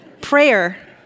Prayer